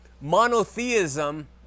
monotheism